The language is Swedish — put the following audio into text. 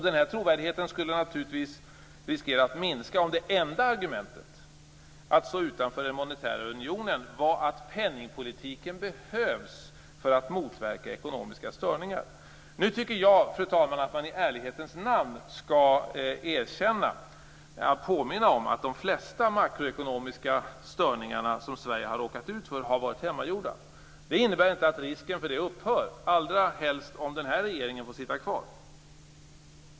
Denna trovärdighet skulle naturligtvis riskera att minska om det enda argumentet för att stå utanför den monetära unionen skulle vara att penningpolitiken behövs för att motverka ekonomiska störningar. Fru talman! Jag tycker att man i ärlighetens namns skall erkänna och påminna om att de flesta makroekonomiska störningar som Sverige har råkat ut för har varit hemmagjorda. Detta innebär inte att risken för det upphör, allra helst inte om den här regeringen får sitta kvar.